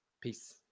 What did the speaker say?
Peace